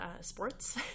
sports